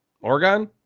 Oregon